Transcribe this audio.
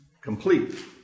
complete